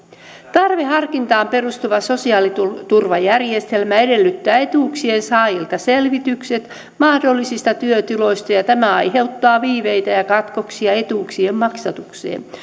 tarveharkintaan perustuva sosiaaliturvajärjestelmä edellyttää etuuksien saajilta selvitykset mahdollisista työtuloista ja ja tämä aiheuttaa viiveitä ja ja katkoksia etuuksien maksatukseen